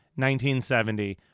1970